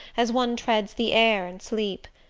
as one treads the air in sleep.